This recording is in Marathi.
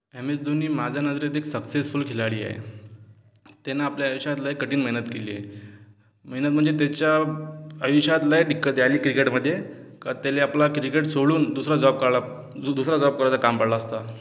एम एस दोनी माझ्या नजरेत एक सक्सेसफुल खिलाडी आहे त्यानं आपल्या आयुष्यात लई कठीण मेहनत केलीये मेहनत म्हणजे त्येच्या आयुष्यात लई दिक्कते आली क्रिकेटमध्ये का त्याला आपला क्रिकेट सोडून दुसरा जॉब कराळा दुसरा जॉब करायचं काम पडलं असतं